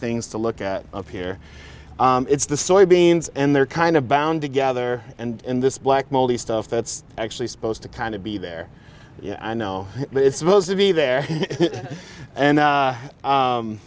things to look at of here it's the soybeans and they're kind of bound together and in this black hole the stuff that's actually supposed to kind of be there yeah i know it's supposed to be there and